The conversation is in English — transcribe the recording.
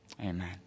Amen